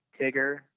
Tigger